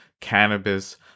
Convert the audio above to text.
cannabis